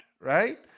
right